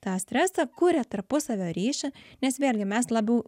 tą stresą kuria tarpusavio ryšį nes vėlgi mes labiau